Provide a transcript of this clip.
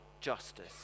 justice